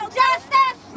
justice